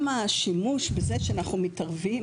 גם השימוש מזה שאנחנו מתערבים